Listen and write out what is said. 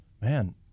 Man